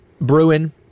Bruin